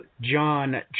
John